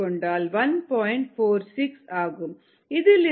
slope Kmvm 58